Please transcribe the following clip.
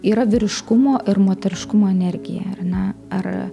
yra vyriškumo ir moteriškumo energija ar ne ar